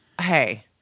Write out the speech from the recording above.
Hey